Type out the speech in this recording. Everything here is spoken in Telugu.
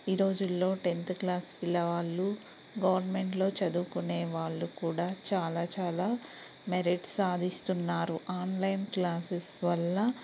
ఈ రోజుల్లో టెన్త్ క్లాస్ పిల్లవాళ్ళు గవర్నమెంట్లో చదువుకునే వాళ్ళు కూడా చాలా చాలా మెరిట్ సాధిస్తున్నారు ఆన్లైన్ క్లాసెస్ వల్ల